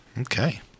Okay